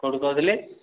କେଉଁଠୁ କହୁଥିଲେ